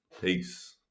peace